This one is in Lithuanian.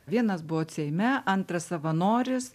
vienas buvot seime antras savanoris